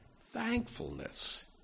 Thankfulness